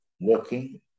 working